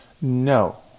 no